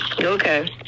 Okay